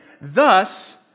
Thus